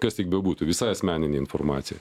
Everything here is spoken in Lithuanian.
kas tik bebūtų visa asmeninė informacija